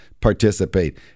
participate